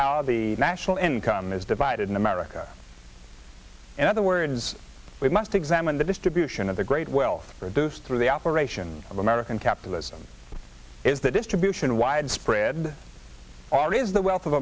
how the national income is divided in america in other words we must examine the distribution of the great wealth for those through the operation of american capitalism is the distribution widespread or is the wealth of